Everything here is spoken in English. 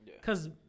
Cause